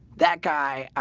that guy i